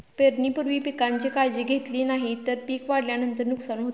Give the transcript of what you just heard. पेरणीपूर्वी पिकांची काळजी घेतली नाही तर पिक वाढल्यानंतर नुकसान होते